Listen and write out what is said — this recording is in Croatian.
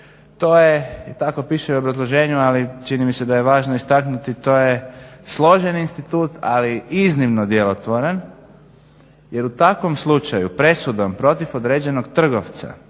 To je, tako piše u obrazloženju ali čini mi se da je važno istaknuti to je složeni institut ali iznimno djelotvoran jer u takvom slučaju presudom protiv određenog trgovca